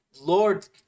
lord